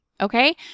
Okay